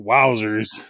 Wowzers